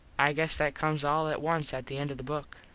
i guess that comes all at once at the end of the book.